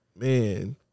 man